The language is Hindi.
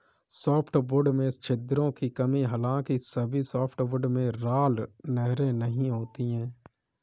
सॉफ्टवुड में छिद्रों की कमी हालांकि सभी सॉफ्टवुड में राल नहरें नहीं होती है